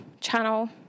channel